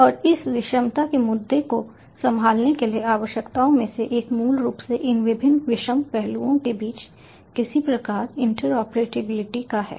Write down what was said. और इस विषमता के मुद्दे को संभालने के लिए आवश्यकताओं में से एक मूल रूप से इन विभिन्न विषम पहलुओं के बीच किसी प्रकार इंटरऑपरेबिलिटी का है